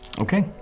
Okay